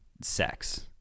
sex